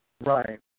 Right